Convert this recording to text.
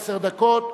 עשר דקות,